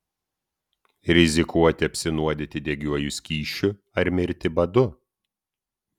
rizikuoti apsinuodyti degiuoju skysčiu ar mirti badu